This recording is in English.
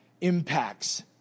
impacts